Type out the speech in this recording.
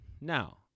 Now